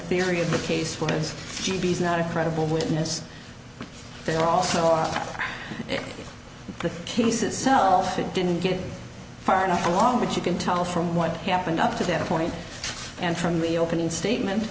theory of the case was jeebies not a credible witness they're also off the case itself it didn't get far enough along but you can tell from what happened up to that point and from the opening statement